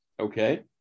Okay